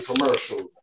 commercials